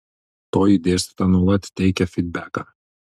toji dėstytoja nuolat teikia fydbeką